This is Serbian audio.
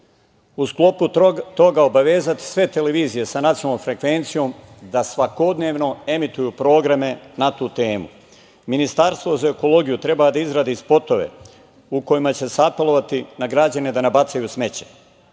U sklopu toga obavezati sve televizije sa nacionalnom frekvencijom da svakodnevno emituju programe na tu temu. Ministarstvo za ekologiju treba da izradi spotove u kojima će se apelovati na građane da ne bacaju smeće.